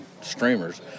streamers